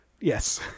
Yes